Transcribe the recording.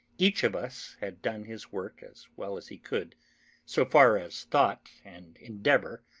each of us had done his work as well as he could so far as thought, and endeavour,